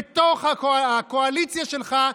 בתוך הקואליציה שלך,